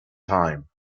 time